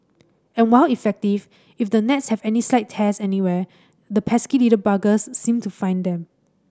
and while effective if the nets have any slight tears anywhere the pesky little buggers seem to find them